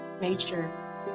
nature